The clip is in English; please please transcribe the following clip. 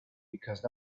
because